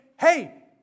hey